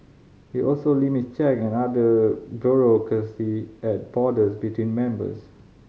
it also limits check and other bureaucracy at borders between members